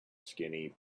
skinny